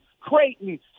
Creighton